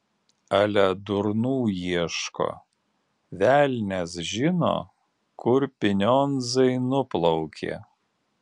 ale durnų ieško velnias žino kur pinionzai nuplaukė